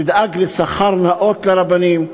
תדאג לשכר נאות לרבנים,